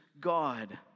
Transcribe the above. God